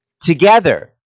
together